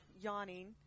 yawning